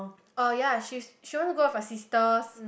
orh ya she's she want to go out with her sisters